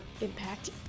impact